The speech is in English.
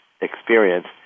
experience